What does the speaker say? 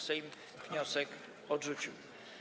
Sejm wniosek odrzucił.